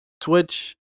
Twitch